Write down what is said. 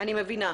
אני מבינה.